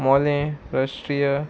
मोले रष्ट्रीय